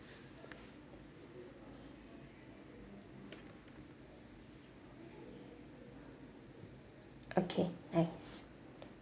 okay nice